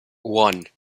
one